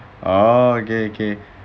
oh okay okay